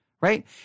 right